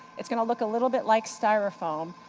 it's going to look a little bit like styrofoam,